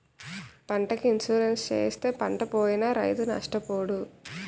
పంటకి ఇన్సూరెన్సు చేయిస్తే పంటపోయినా రైతు నష్టపోడు